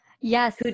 Yes